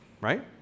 right